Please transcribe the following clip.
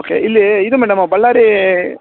okay ಇಲ್ಲಿ ಇದು madam Ballari